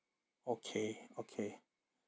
okay okay